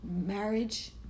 marriage